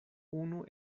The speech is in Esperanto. unu